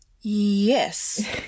Yes